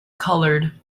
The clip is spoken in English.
colored